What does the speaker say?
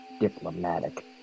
diplomatic